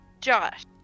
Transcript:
Josh